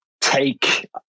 take